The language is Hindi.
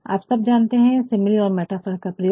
आप सब जानते है की सिमिली और मेटाफर का प्रयोग